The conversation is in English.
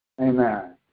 Amen